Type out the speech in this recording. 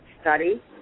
study